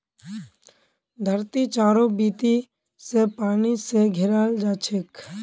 धरती चारों बीती स पानी स घेराल छेक